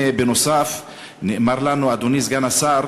ובנוסף גם נאמר לנו, אדוני סגן השר,